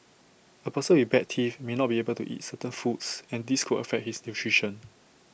A person with bad teeth may not be able to eat certain foods and this could affect his nutrition